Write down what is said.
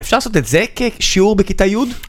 אפשר לעשות את זה כשיעור בכיתה י'